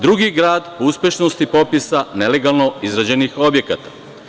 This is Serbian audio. Drugi grad uspešnosti i popisa nelegalno izgrađenih objekata.